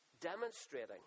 demonstrating